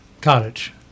cottage